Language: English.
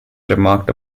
remarked